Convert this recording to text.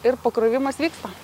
ir pakrovimas vyksta